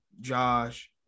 Josh